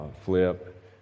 Flip